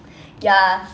ya